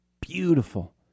beautiful